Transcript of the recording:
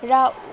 र